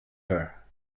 her